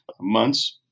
months